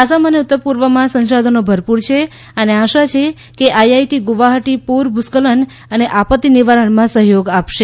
આસામ અને ઉત્તર પૂર્વમાં સંસાધનો ભરપૂર છે અને આશા છે કે આઈઆઈટી ગુવાહાટી પૂર ભૂસ્ખલન અને આપત્તિ નિવારણમાં સહયોગ આપશે